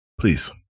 please